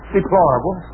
Deplorable